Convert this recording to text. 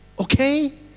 okay